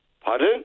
Pardon